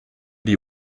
die